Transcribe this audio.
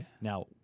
Now